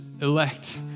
elect